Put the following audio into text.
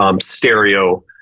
stereo